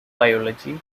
biology